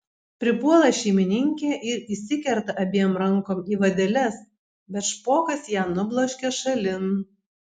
pripuola šeimininkė ir įsikerta abiem rankom į vadeles bet špokas ją nubloškia šalin